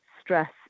stress